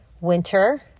winter